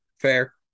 Fair